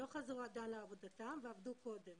שלא חזרו עדיין לעבודתם ועבדו קודם,